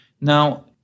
now